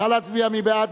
נא להצביע, מי בעד?